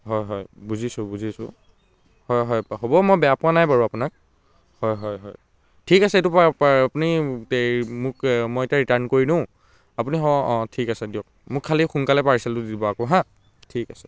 হয় হয় বুজিছোঁ বুজিছোঁ হয় হয় হ'ব মই বেয়া পোৱা নাই বাৰু আপোনাক হয় হয় হয় ঠিক আছে এইটো আপুনি মোক মই এতিয়া ৰিটাৰ্ন কৰি দিওঁ আপুনি অ' অ' ঠিক আছে দিয়ক মোক খালি সোনকালে পাৰ্চেলটো দিব হা ঠিক আছে দিয়ক